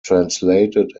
translated